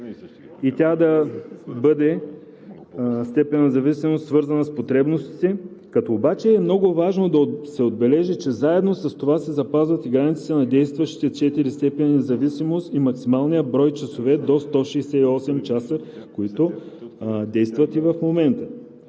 и тя да бъде степен на зависимост, свързана с потребностите, като обаче е много важно да се отбележи, че заедно с това се запазват и границите на действащите четири степени на зависимост и максималния брой часове до 168 часа, които действат и в момента.